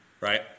right